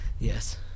Yes